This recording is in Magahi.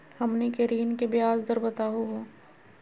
हमनी के ऋण के ब्याज दर बताहु हो?